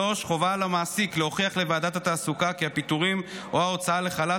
3. חובה על המעסיק להוכיח לוועדת התעסוקה כי הפיטורים או ההוצאה לחל"ת